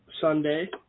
Sunday